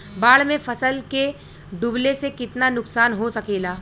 बाढ़ मे फसल के डुबले से कितना नुकसान हो सकेला?